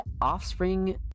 Offspring